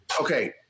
okay